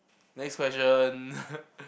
next question